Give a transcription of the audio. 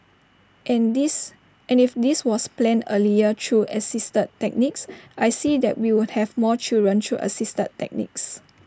and this and if this was planned earlier through assisted techniques I see that we would have more children through assisted techniques